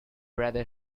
rather